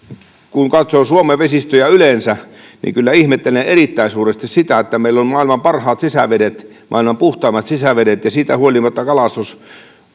kun katsoo suomen vesistöjä yleensä niin kyllä ihmettelen erittäin suuresti sitä että meillä on maailman parhaat sisävedet maailman puhtaimmat sisävedet ja siitä huolimatta kalastus